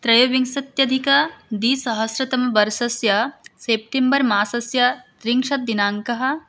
त्रयोविंशत्यधिकद्विसहस्रतमवर्षस्य सेप्टेम्बर् मासस्य त्रिंशत्दिनाङ्कः